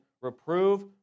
reprove